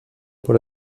por